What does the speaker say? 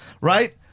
right